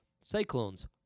Cyclones